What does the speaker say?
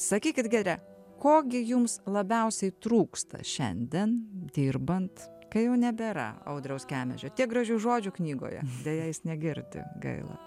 sakykit giedre ko gi jums labiausiai trūksta šiandien dirbant kai jau nebėra audriaus kemežio tiek gražių žodžių knygoje deja jis negirdi gaila